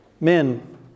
men